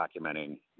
documenting